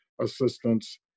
assistance